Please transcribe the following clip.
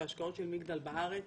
וההשקעות של מגדל בארץ